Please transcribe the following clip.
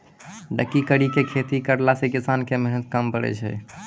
ढकी करी के खेती करला से किसान के मेहनत कम पड़ै छै